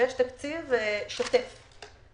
ותקציב שוטף.